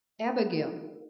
Abigail